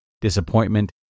disappointment